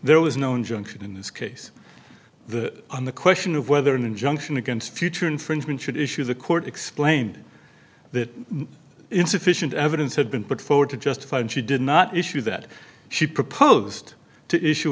there was no injunction in this case the on the question of whether an injunction against future infringement should issues a court explained that insufficient evidence had been put forward to justify and she did not issue that she proposed to issue